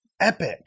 epic